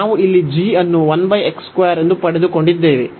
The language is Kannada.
ನಾವು ಇಲ್ಲಿ g ಅನ್ನು ಎಂದು ಪಡೆದುಕೊಂಡಿದ್ದೇವೆ